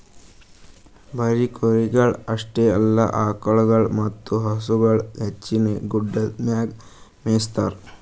ಬರೀ ಕುರಿಗೊಳ್ ಅಷ್ಟೆ ಅಲ್ಲಾ ಆಕುಳಗೊಳ್ ಮತ್ತ ಹಸುಗೊಳನು ಹೆಚ್ಚಾಗಿ ಗುಡ್ಡದ್ ಮ್ಯಾಗೆ ಮೇಯಿಸ್ತಾರ